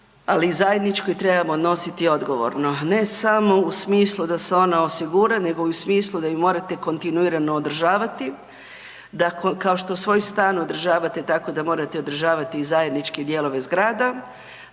i zajedničkoj trebamo odnositi odgovorno, ne samo u smislu da se ona osigura nego i u smislu da ju morate kontinuirano održavati, da kao što svoj stan održavate tako da morate održavati i zajedničke dijelove zgrada,